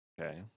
Okay